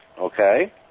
Okay